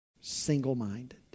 Single-minded